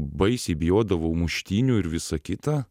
baisiai bijodavau muštynių ir visa kita